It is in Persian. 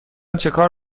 چکار